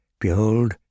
Behold